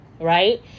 right